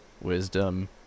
Wisdom